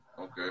Okay